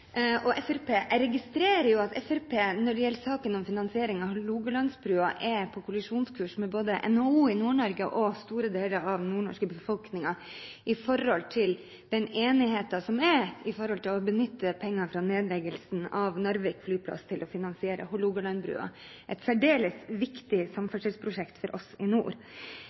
og Fremskrittspartiet: Jeg registrerer at Fremskrittspartiet, når det gjelder saken om finansiering av Hålogalandsbrua, er på kollisjonskurs med både NHO i Nord-Norge og store deler av den nordnorske befolkningen i forhold til den enigheten som er når det gjelder å benytte pengene fra nedleggelsen av Narvik Lufthavn til å finansiere Hålogalandsbrua – et særdeles viktig samferdselsprosjekt for oss i nord.